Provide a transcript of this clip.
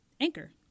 Anchor